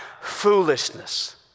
foolishness